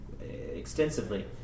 extensively